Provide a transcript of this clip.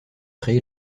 créé